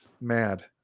mad